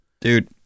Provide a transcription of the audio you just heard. dude